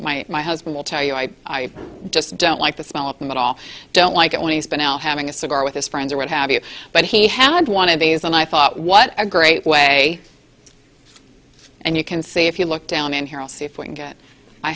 my my husband will tell you i just don't like the smell of them at all i don't like it when he's been out having a cigar with his friends or what have you but he had one of these and i thought what a great way and you can see if you look down in